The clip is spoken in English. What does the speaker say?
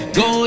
go